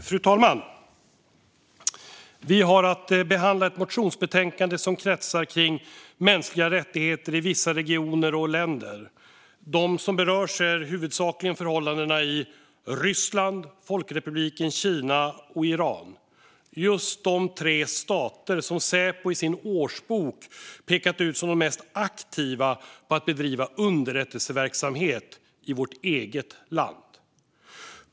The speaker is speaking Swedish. Fru talman! Vi har att behandla ett motionsbetänkande som kretsar kring mänskliga rättigheter i vissa regioner och länder. Det berör huvudsakligen förhållandena i Ryssland, Folkrepubliken Kina och Iran. Just de tre staterna har Säpo i sin årsbok pekat ut som de mest aktiva när det gäller att bedriva underrättelseverksamhet i vårt eget land.